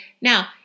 Now